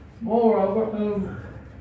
Moreover